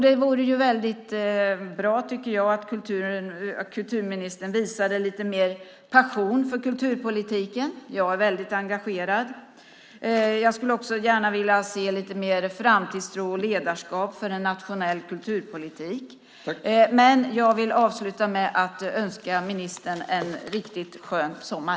Det vore bra om kulturministern visade lite mer passion för kulturpolitiken. Jag är väldigt engagerad. Jag skulle också gärna vilja se mer framtidstro och ledarskap för en nationell kulturpolitik. Jag vill avsluta med att önska ministern en riktigt skön sommar.